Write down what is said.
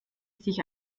sich